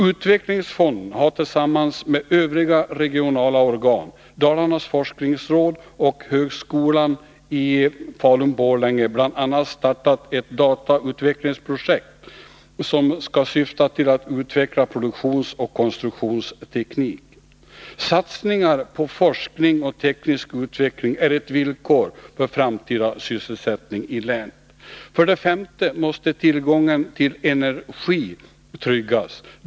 Utvecklingsfonden har tillsammans med övriga regionala organ, Dalarnas forskningsråd och högskolan i Falun-Borlänge startat bl.a. ett datautvecklingsprojekt, som skall utveckla produktionsoch konstruktionsteknik. Satsningar på forskning och teknisk utveckling är ett villkor för framtida sysselsättning i länet. För det femte måste tillgången till energi tryggas.